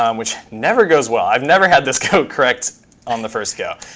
um which never goes well. i've never had this code correct on the first go.